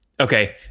Okay